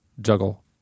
juggle